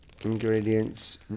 Ingredients